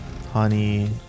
honey